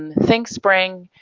um think spring,